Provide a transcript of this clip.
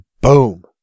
boom